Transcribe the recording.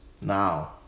now